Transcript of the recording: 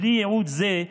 בלי ייעוד זה,